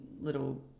little